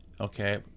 okay